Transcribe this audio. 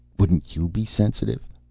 wouldn't you be sensitive?